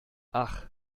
ach